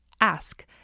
ask